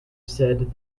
said